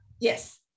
Yes